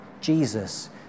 Jesus